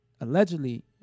allegedly